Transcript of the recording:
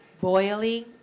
boiling